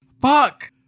Fuck